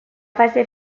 fase